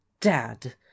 Dad